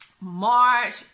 March